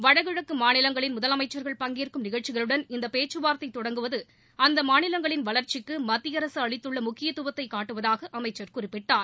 வடகிழக்கு மாநிலங்களின் முதலமைச்சா்கள் பங்கேற்கும் நிகழ்ச்சிகளுடன் இந்த பேச்சுவாா்த்தை தொடங்குவது அந்த மாநிலங்களின் வளர்ச்சிக்கு மத்திய அரசு அளித்துள்ள முக்கியத்துவத்தை காட்டுவதாக அமைச்சர் குறிப்பிட்டார்